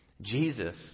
Jesus